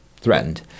threatened